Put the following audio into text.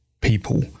people